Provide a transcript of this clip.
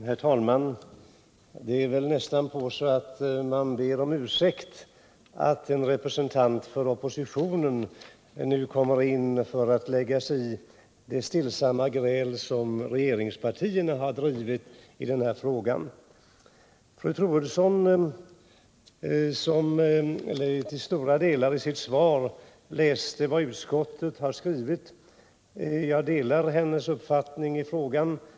Herr talman! Det är nästan så att jag känner mig manad att be om ursäkt för att jag som representant för oppositionen nu lägger mig i det stillsamma gräl som regeringspartierna fört i denna fråga. Jag delar den uppfattning som framfördes av fru Troedsson. Hon läste också i sitt svar till stora delar upp vad utskottet har skrivit i frågan.